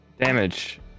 Damage